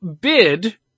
bid